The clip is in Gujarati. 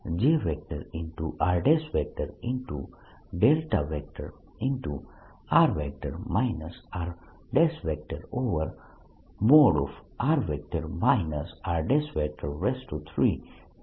r r|r r|3dV0 Jr ના બરાબર છે